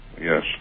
yes